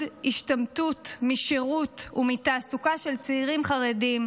השתמטות משירות ומתעסוקה של צעירים חרדים,